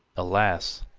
alas,